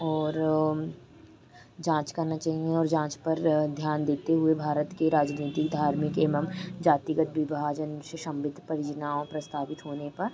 और जाँच करना चाहिए और जाँच पर ध्यान देते हुए भारत के राजनैतिक धार्मिक एवं जातिगत बिभाजन शशम्बित परियोजनाओं प्रस्तावित होने पर